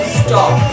stop